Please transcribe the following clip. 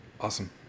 Awesome